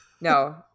No